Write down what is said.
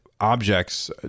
objects